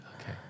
Okay